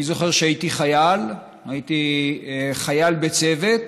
אני זוכר, כשהייתי חייל, הייתי חייל בצוות,